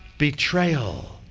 betrayal.